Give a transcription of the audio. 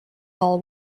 hall